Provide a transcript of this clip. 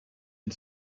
and